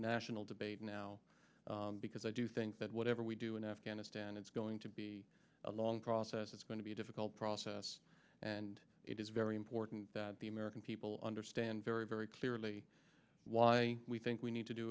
national debate now because i do think that whatever we do in afghanistan it's going to be a long process it's going to be a difficult process and it is very important that the american people understand very very clearly why we think we need to do